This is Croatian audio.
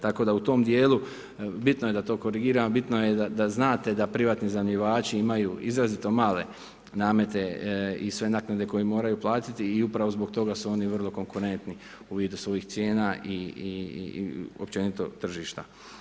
Tako da u tom dijelu bitno je da to korigiramo, bitno je da znate da privatni iznajmljivači imaju izrazito male nemate i sve naknade koje moraju platiti i upravo zbog toga su oni vrlo konkurentni u vidu svoji cijena i općenito tržišta.